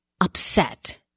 upset